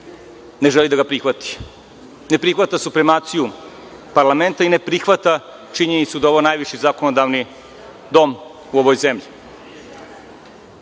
ne želi da ga prihvati. Ne prihvata supremaciju parlamenta i ne prihvata činjenicu da je ovo najviši zakonodavni dom u ovoj